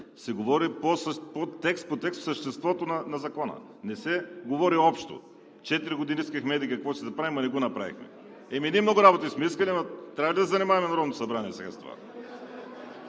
се говори текст по текст по съществото на закона, не се говори общо. Четири години искахме еди-какво си да правим, ама не го направихме. Ами и ние много работи сме искали, ама трябва ли да занимаваме Народното събрание сега с това?!